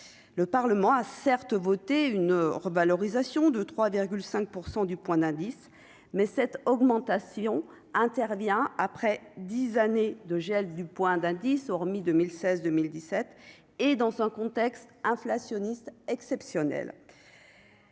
le Parlement a certes voté une revalorisation de 3,5 % du point d'indice, mais cette augmentation intervient après 10 années de gel du point d'indice, hormis 2016, 2017 et dans son contexte inflationniste exceptionnel.